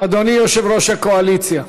אדוני יושב-ראש הקואליציה,